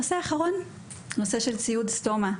הנושא האחרון הוא נושא של ציוד סטומה.